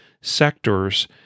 sectors